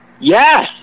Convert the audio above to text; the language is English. Yes